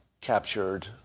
captured